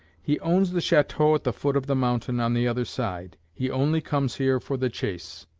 he owns the chateau at the foot of the mountain on the other side he only comes here for the chase.